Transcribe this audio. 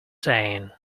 saying